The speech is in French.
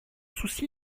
souci